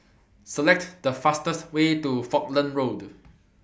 Select The fastest Way to Falkland Road